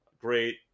great